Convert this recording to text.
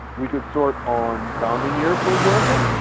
we could sort on founding year for example,